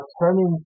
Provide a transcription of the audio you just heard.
turning